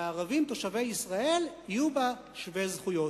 והערבים תושבי ישראל יהיו בה שווי זכויות.